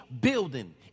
building